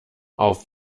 auf